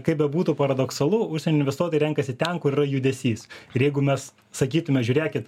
kaip bebūtų paradoksalu užsienio investuotojai renkasi ten kur yra judesys ir jeigu mes sakytume žiūrėkit